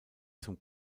zum